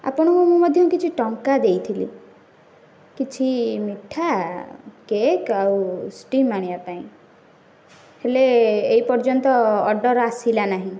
ଆପଣୁଙ୍କୁ ମୁଁ ମଧ୍ୟ କିଛି ଟଙ୍କା ଦେଇଥିଲି କିଛି ମିଠା କେକ୍ ଆଉ ଷ୍ଟିମ୍ ଆଣିବା ପାଇଁ ହେଲେ ଏଇ ପର୍ଯ୍ୟନ୍ତ ଅର୍ଡ଼ର୍ ଆସିଲା ନାହିଁ